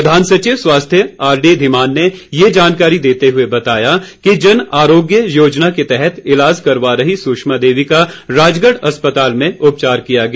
प्रधान सचिव स्वास्थ्य आरडी धीमान ने ये जानकारी देते हुए बताया कि जनआरोग्य योजना के तहत ईलाज करवा रही सुषमा देवी का राजगढ़ अस्पताल में उपचार किया गया